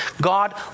God